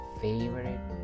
favorite